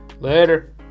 Later